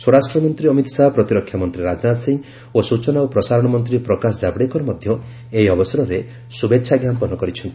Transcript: ସ୍ୱରାଷ୍ଟ୍ରମନ୍ତ୍ରୀ ଅମିତ ଶାହା ପ୍ରତିରକ୍ଷାମନ୍ତୀ ରାଜନାଥ ସିଂ ଓ ସ୍ବଚନା ଓ ପ୍ରସାରଣ ମନ୍ତ୍ରୀ ପ୍ରକାଶ ଜାବଡେକର ମଧ୍ୟ ଏହି ଅବସରରେ ଶ୍ରଭେଛା ଜ୍ଞାପନ କରିଚ୍ଛନ୍ତି